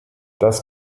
das